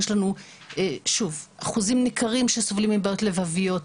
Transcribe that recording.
יש לנו אחוזים ניכרים שסובלים מבעיות לבביות,